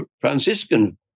Franciscan